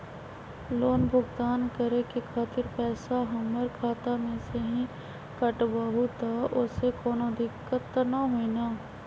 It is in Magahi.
लोन भुगतान करे के खातिर पैसा हमर खाता में से ही काटबहु त ओसे कौनो दिक्कत त न होई न?